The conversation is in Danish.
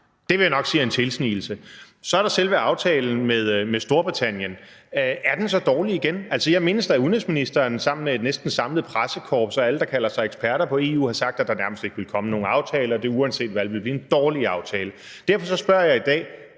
vil jeg nok sige er en tilsnigelse. Så er der selve aftalen med Storbritannien. Er den så dårlig igen? Altså, jeg mindes da, at udenrigsministeren sammen med et næsten samlet pressekorps og alle, der kalder sig eksperter på EU, har sagt, at der nærmest ikke ville komme nogen aftale, og at det uanset hvad ville blive en dårlig aftale. Derfor spørger jeg i dag: